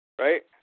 right